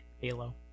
Halo